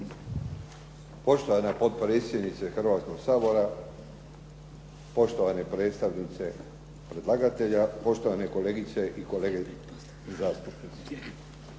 Poštovana potpredsjednice Hrvatskoga sabora, poštovane predstavnice predlagatelja, poštovane kolegice i kolege zastupnici.